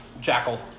Jackal